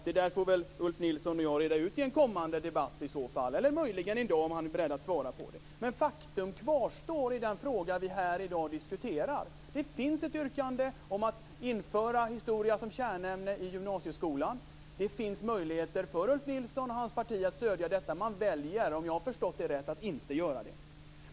Det där får väl Ulf Nilsson och jag reda ut i en kommande debatt i så fall eller möjligen i dag om han är beredd att göra det. Men faktum kvarstår i den fråga som vi här i dag diskuterar: Det finns ett yrkande om att införa historia som kärnämne i gymnasieskolan. Det finns möjligheter för Ulf Nilsson och hans parti att stödja detta. Men man väljer, om jag har förstått det rätt, att inte göra det.